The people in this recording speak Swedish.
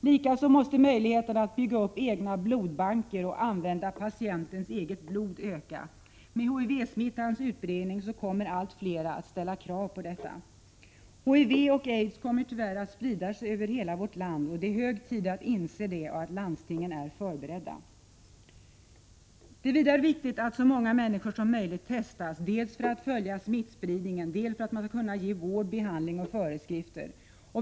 Likaså måste man utöka möjligheterna att bygga upp egna blodbanker och att använda patientens eget blod. I och med HIV-smittans utbredning kommer allt fler att ställa sådana krav. HIV och aids kommer tyvärr att spridas över hela vårt land. Det är hög tid att inse det och det är också hög tid att landstingen förbereder sig på detta. Dessutom är det viktigt att så många människor som möjligt testas dels för att man skall kunna följa smittspridningen, dels för att man skall kunna ge vård, behandling och föreskrifter.